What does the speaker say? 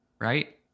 right